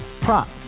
prop